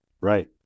Right